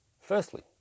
firstly